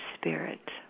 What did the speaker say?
spirit